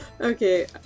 Okay